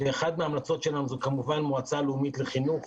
ואחת מהמלצות שלנו היא כמובן המועצה הלאומית לחינוך.